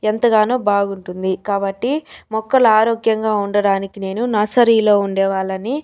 ఎంతగానో బాగుంటుంది కాబట్టి మొక్కలు ఆరోగ్యంగా ఉండటానికి నేను నర్సరీలో ఉండేవాళ్ళని